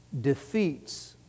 defeats